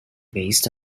based